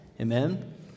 amen